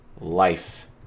life